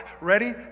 ready